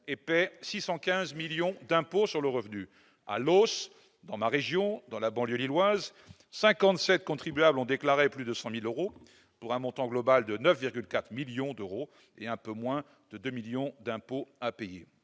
et paient 615 millions d'euros d'impôt sur le revenu. À Loos, dans ma région, dans la banlieue lilloise, 57 contribuables ont déclaré plus de 100 000 euros, pour un montant global de 9,4 millions d'euros et un peu moins de 2 millions d'euros d'impôt à payer.